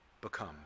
become